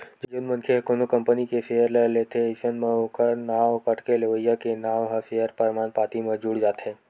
जउन मनखे ह कोनो कंपनी के सेयर ल लेथे अइसन म ओखर नांव कटके लेवइया के नांव ह सेयर परमान पाती म जुड़ जाथे